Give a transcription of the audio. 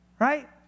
right